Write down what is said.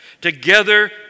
Together